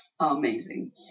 Amazing